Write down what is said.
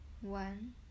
one